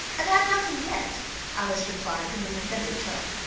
i've had nothing yet alice replied in an offended tone,